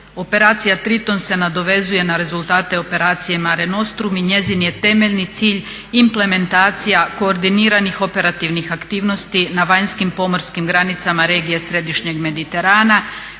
Operacija "Triton" se nadovezuje na rezultate operacije "Mare Nostrum" i njezin je temeljni cilj implementacija koordiniranih operativnih aktivnosti na vanjskim pomorskim granicama regije središnjeg mediterana